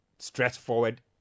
Straightforward